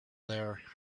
there